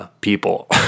people